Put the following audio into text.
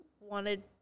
wanted